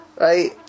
Right